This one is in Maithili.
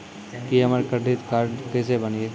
की हमर करदीद कार्ड केसे बनिये?